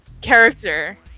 character